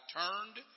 turned